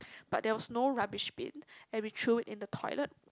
but there was no rubbish bin and we threw in the toilet